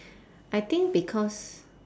I think because